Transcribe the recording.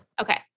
Okay